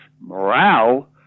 morale